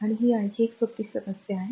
आणि ही आणखी एक सोपी समस्या आहे